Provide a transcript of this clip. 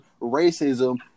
racism